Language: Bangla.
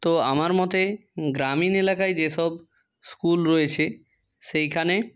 তো আমার মতে গ্রামীণ এলাকায় যেসব স্কুল রয়েছে সেইখানে